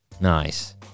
nice